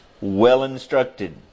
Well-instructed